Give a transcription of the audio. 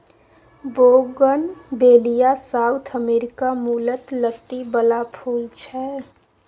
bougainvillea south America मुलक लत्ती बला फुल छै